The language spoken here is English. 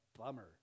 bummer